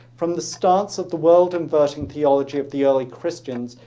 from the stance of the world inverting theology of the early christians,